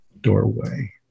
doorway